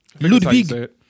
Ludwig